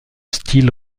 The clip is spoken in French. style